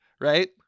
right